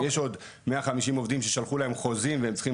יש עוד 150 עובדים ששלחו להם חוזים והם צריכים